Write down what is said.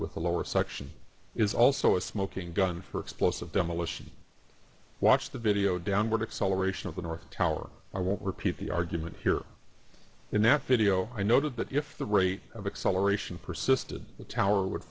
with the lower section is also a smoking gun for explosive demolition watch the video downward acceleration of the north tower i won't repeat the argument here in that video i noted that if the rate of acceleration persisted the tower would